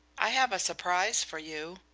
i have a surprise for you.